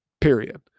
Period